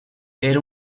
era